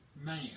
man